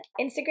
Instagram